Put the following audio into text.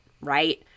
right